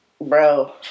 Bro